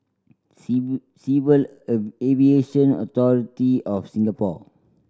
Civil Aviation Authority of Singapore